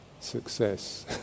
success